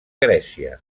grècia